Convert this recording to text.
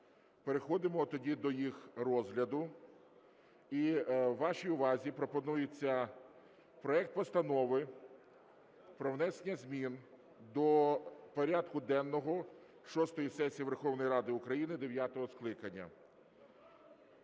Переходимо тоді до їх розгляду. Вашій увазі пропонується проект Постанови про внесення змін до порядку денного шостої сесії Верховної Ради України дев'ятого скликання.